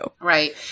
Right